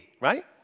Right